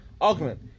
argument